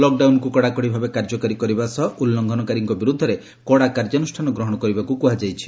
ଲକ ଡାଉନକୁ କଡା କଡି ଭାବେ କାର୍ଯ୍ୟକାରୀ କରିବା ସହ ଉଲ୍କୁଂଘନକାରୀଙ୍କ ବିରୁଦ୍ଧରେ କଡା କାର୍ଯ୍ୟାନୁଷ୍ଠାନ ଗ୍ରହଶ କରିବାକୁ କୁହା ଯାଇଛି